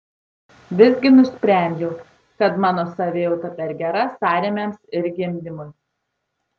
visgi nusprendžiau kad mano savijauta per gera sąrėmiams ir gimdymui